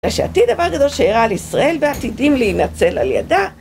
שעתיד, דבר גדול שיארע על ישראל, ועתידים להינצל על ידה